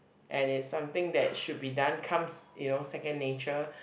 and it's something that should be done comes you know second nature